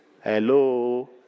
Hello